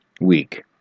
week